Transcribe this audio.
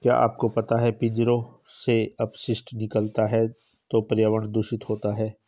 क्या आपको पता है पिंजरों से अपशिष्ट निकलता है तो पर्यावरण दूषित होता है?